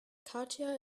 katja